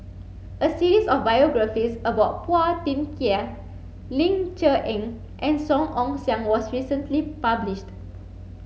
a series of biographies about Phua Thin Kiay Ling Cher Eng and Song Ong Siang was recently published